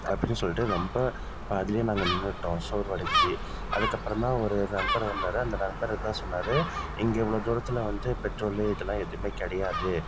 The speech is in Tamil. அப்படின்னு சொல்லிட்டு ரொம்ப பாதிலேயே நாங்கள் நின்னுட்டோம் சோர்வடைஞ்சு அதுக்கப்புறம் தான் ஒரு நண்பர் வந்தார் அந்த நண்பர் தான் சொன்னார் இங்கே இவ்வளோ தூரத்தில் வந்து பெட்ரோலு இதலாம் எதுவும் கிடையாது